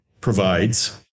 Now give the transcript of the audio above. provides